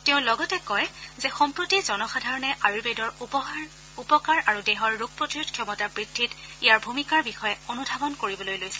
তেওঁ লগতে কয় যে সম্প্ৰতি জনসাধাৰণে আয়ুৰ্বেদৰ উপকাৰ আৰু দেহৰ ৰোগ প্ৰতিৰোধ ক্ষমতা বৃদ্ধিত ইয়াৰ ভূমিকাৰ বিষয়ে অনুধাৱন কৰিবলৈ লৈছে